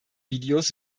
videos